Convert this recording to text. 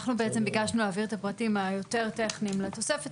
אנחנו בעצם ביקשנו להעביר את הפרטים היותר טכניים לתוספת,